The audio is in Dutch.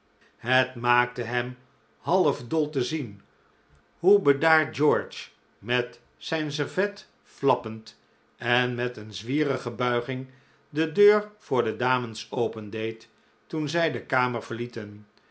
het maakte hem half dol te zien hoe bedaard george met zijn servet flappend en met een zwierige buiging de deur voor de dames opendeed toen zij de kamer verlieten